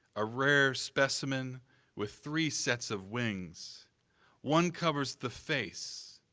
a rare specimen with three sets of wings one covers the face,